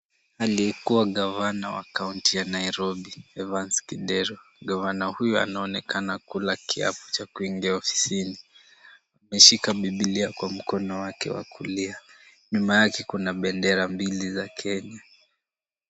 Aliyekuwa gavana wa kaunti ya Nairobi Evans Kidero, gavana huyu anaonekana kula kiapo cha kuingia ofisini, ameshika bibilia kwenye mkono wake wa kulia .Nyuma yake kuna bendera mbili za kenya